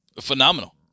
phenomenal